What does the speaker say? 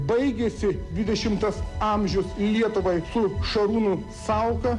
baigiasi dvidešimtas amžius lietuvai su šarūnu sauka